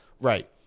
right